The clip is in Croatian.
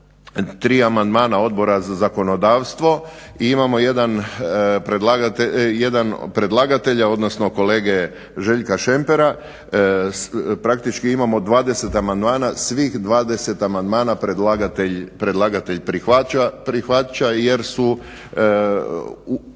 tri amandmana Odbora za zakonodavstvo i imamo jedan predlagatelja, odnosno kolege Željka Šempera. Praktički imamo 20 amandmana. Svih 20 amandmana predlagatelj prihvaća jer su praktički